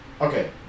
Okay